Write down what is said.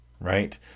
Right